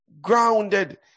grounded